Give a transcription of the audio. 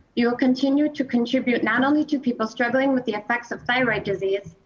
you will continue to contribute not only to people struggling with the effects of thyroid disease,